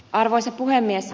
arvoisa puhemies